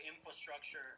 infrastructure